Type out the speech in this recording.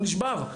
הוא נשבר,